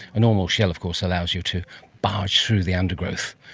a normal shell of course allows you to barge through the undergrowth,